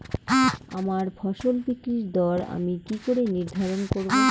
আমার ফসল বিক্রির দর আমি কি করে নির্ধারন করব?